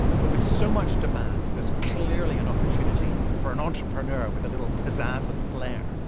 but with so much demand, there's clearly an opportunity for an entrepreneur with a little pizzazz and flair,